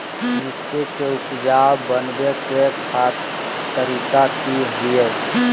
मिट्टी के उपजाऊ बनबे के तरिका की हेय?